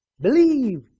believe